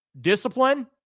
discipline